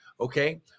okay